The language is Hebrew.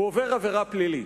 הוא עובר עבירה פלילית,